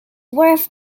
worth